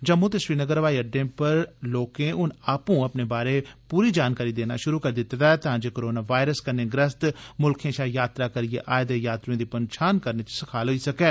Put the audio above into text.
जम्मू ते श्रीनगर हवाई अड्डे उप्पर लोके हून आपू अपने बारै पूरी जानकारी देना शुरू करी दित्ती ऐ तां जे करोना वायरस कन्नै ग्रसत मुल्खे शां यात्रा करी आए दे यात्रुएं दी पन्छान करने च सखाल होई सकैं